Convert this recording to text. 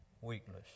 weakness